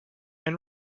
and